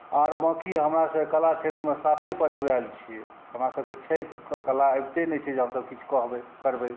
आओर बाँकी हमरासबके कला क्षेत्रमे साफे पछुआएल छिए हमरासबके छै कला अबिते नहि छै जे हमसब किछु कहबै करबै